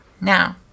Now